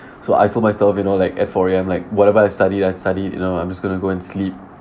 so I told myself you know like at four A_M like whatever I studied I studied you know I'm just going to go and sleep